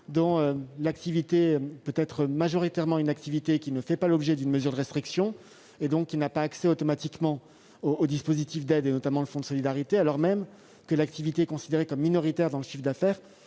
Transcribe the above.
dont l'activité peut majoritairement ne pas faire l'objet d'une mesure de restriction et qui n'ont donc pas accès automatiquement aux dispositifs d'aide, notamment au fonds de solidarité, alors même que l'activité considérée comme minoritaire dans le chiffre d'affaires